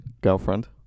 girlfriend